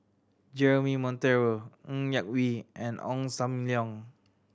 Jeremy Monteiro Ng Yak Whee and Ong Sam Leong